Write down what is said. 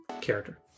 Character